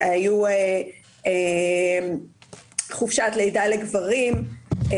היו חופשת לידה לגברים,